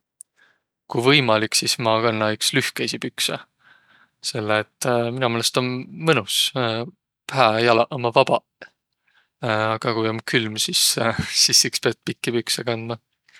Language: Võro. Ku võimalik, sis ma kanna iks lühkeisi pükse. Selle et mino meelest om mõnus, hää, jalaq ommaq vabaq. aga ku om külm, sis sis iks piät pikki pükse kandma.